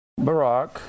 Barack